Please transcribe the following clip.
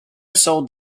sold